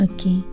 Okay